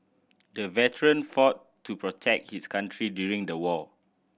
the veteran fought to protect his country during the war